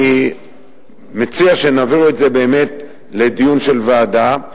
אני מציע שנעביר את זה באמת לדיון של ועדה,